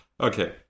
okay